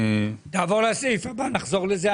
נעבור לסעיף הבא, נחזור לזה.